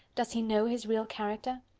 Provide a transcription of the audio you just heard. does he know his real character?